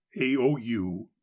aou